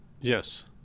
Yes